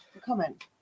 comment